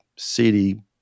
city